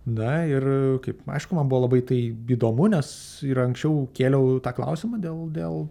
na ir kaip aišku man buvo labai tai įdomu nes ir anksčiau kėliau tą klausimą dėl dėl